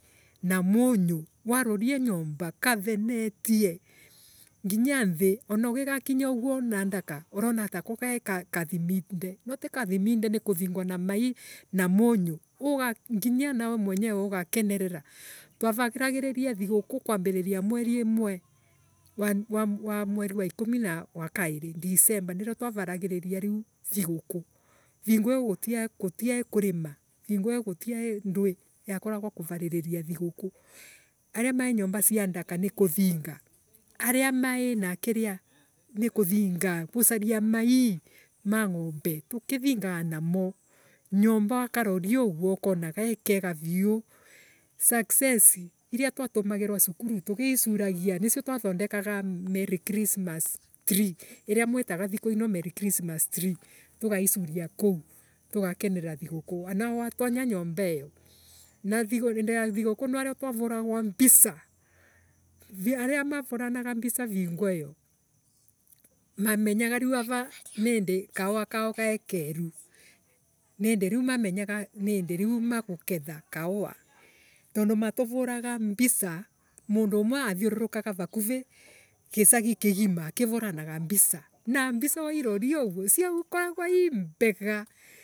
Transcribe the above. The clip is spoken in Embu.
Na munyu wararia nyomba karenetie!nginya thi wana ukiga kinya uguo na ndaka urona nitako gai kathiminde. no tokathiminde nikuthingwa na mai na munyu uka nginya anawe mwenyewe ugakenerera. twararagiriria thiguku kwambiriria mweri imwe wa wa mweri ikumi ino wa kairi. disemba nirio twaroragiriria riu thiguku vingu io gutiai kurima vingu iyo gutiai ndui. yakoragwo kurariria thiguku aria mai nymba ria ndaka ni kuthinga. aria mai na kiria ni kuthinga kusaria mai!ma ngombe tukithingaga namo. nyomba wakororia uguo ukona gai kega viu success iria watumagirwa skulu tukiisugaria. nisio tuathondekaga merry christmas tree iria mwitaga thiku ino merry christmas tree. tugaisuria kou. tugakenerera thiguku wanawe watonya nyombari io indi ya thiguku nirio twavuragwa mbisa vi aria mavuranaga mbisa vingu iyo mamenyaga ni indi viu maguketha kava. tondu matovuraga mbisa mundu umwe athiururukega vakuri gisagi kigima akivuranaga mbisa. na mbisa wairoria uguo.